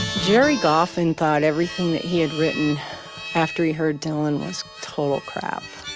gerry goffin thought everything he had written after he heard dylan was total crap.